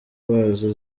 wazo